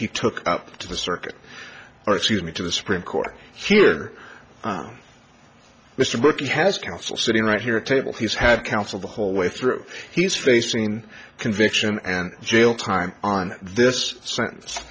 he took up to the circuit or excuse me to the supreme court here mr burke he has counsel sitting right here table he's had counsel the whole way through he's facing conviction and jail time on this s